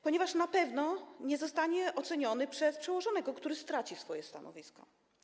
Przecież na pewno nie zostanie on oceniony przez przełożonego, który straci swoje stanowisko.